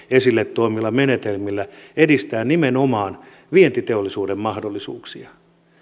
esille tuomilla menetelmillä pystyä edistämään nimenomaan vientiteollisuuden mahdollisuuksia